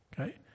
okay